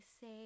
say